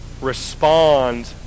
respond